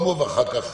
ואחר כך